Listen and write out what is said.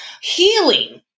healing